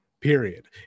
period